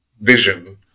vision